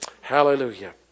Hallelujah